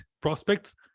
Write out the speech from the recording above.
prospects